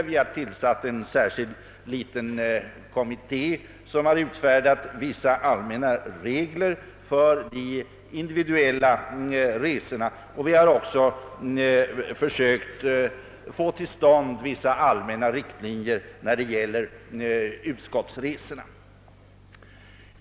Vi har tillsatt en särskild liten kommitté som har utfärdat vissa allmänna regler för de individuella resorna, och vi har också försökt få till stånd vissa allmänna riktlinjer för utskottsresorna.